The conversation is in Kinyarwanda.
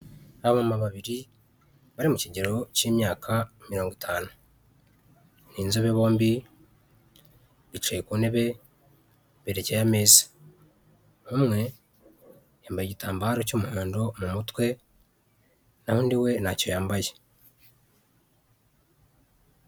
Abamama babiri bari mu kigero cy'imyaka mirongo itanu, ni inzobe bombi bicaye ku ntebe berekeye ameza, umwe yambaye igitambaro cy'umuhondo mu mutwe naho undi we ntacyo yambaye.